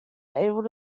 able